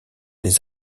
des